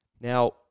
Now